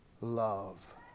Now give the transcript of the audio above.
love